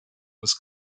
was